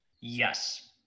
Yes